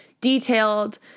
detailed